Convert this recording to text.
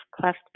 cleft